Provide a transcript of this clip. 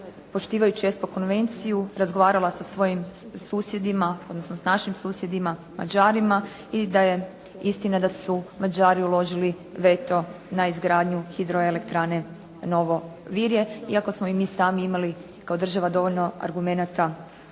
poštivajući ESPO konvenciju razgovarala sa svojim susjedima, odnosno s našim susjedima Mađarima i da je istina da su Mađari uložili veto na izgradnju hidroelektrane Novo Virje, iako smo i mi sami imali kao država dovoljno argumenata